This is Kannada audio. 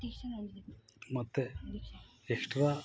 ಮತ್ತೆ ಎಕ್ಷ್ಟ್ರಾ